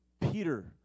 Peter